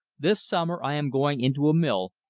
this summer i am going into a mill,